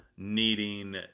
Needing